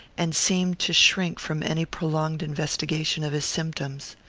and seemed to shrink from any prolonged investigation of his symptoms.